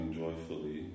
joyfully